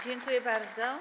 Dziękuję bardzo.